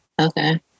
Okay